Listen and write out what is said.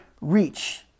reach